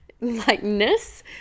likeness